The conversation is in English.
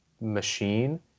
machine